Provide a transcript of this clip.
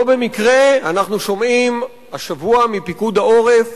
לא במקרה אנחנו שומעים השבוע מפיקוד העורף